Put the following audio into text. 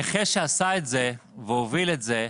הנכה שעשה את זה והוביל את זה,